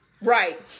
Right